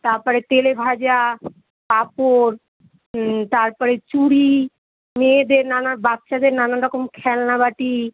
তারপরে তেলেভাজা পাঁপড় তারপরে চুড়ি মেয়েদের নানা বাচ্চাদের নানান রকম খেলনবাটি